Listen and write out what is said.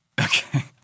Okay